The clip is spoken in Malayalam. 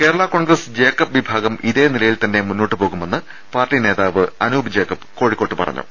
കേരള കോൺഗ്രസ് ജേക്കബ് വിഭാഗം ഇതേ നിലയിൽ തന്നെ മുന്നോട്ടു പോകുമെന്ന് പാർട്ടി നേതാവ് അനൂപ് ജേക്കബ് കോഴിക്കോട് പറഞ്ഞു